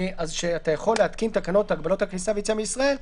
אז כשאתה יכול להתקין תקנות על הגבלות הכניסה והיציאה מישראל,